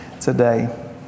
today